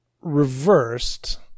reversed